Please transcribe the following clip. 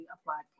applied